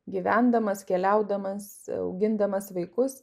gyvendamas keliaudamas augindamas vaikus